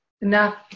enough